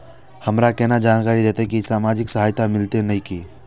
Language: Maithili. हमरा केना जानकारी देते की सामाजिक सहायता मिलते की ने?